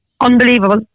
unbelievable